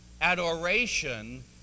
Adoration